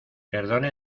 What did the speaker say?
perdone